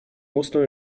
musnął